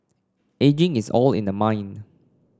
ageing is all in the mind